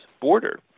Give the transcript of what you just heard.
border